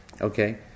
okay